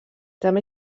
també